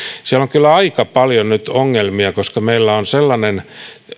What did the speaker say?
siellä on kyllä aika paljon nyt ongelmia koska meillä on sellainen